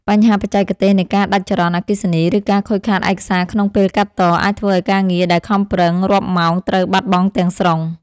បញ្ហាបច្ចេកទេសនៃការដាច់ចរន្តអគ្គិសនី ឬការខូចខាតឯកសារក្នុងពេលកាត់ត អាចធ្វើឱ្យការងារដែលខំប្រឹងរាប់ម៉ោងត្រូវបាត់បង់ទាំងស្រុង។